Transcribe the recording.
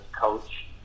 coach